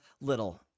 Little